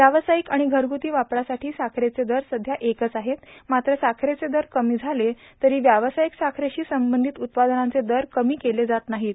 व्यावसायिक आणि घरगुती वापरासाठी साखरेचे दर सध्या एकच आहेत मात्र साखरेचे दर कमी झाले तरी व्यावसायिक साखरेशी संबंधित उत्पादनांचे दर कमी केले जात नाहीत